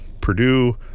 Purdue